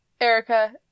Erica